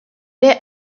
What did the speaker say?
est